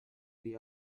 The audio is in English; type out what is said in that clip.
the